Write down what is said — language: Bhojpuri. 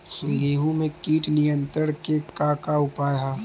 गेहूँ में कीट नियंत्रण क का का उपाय ह?